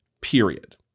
period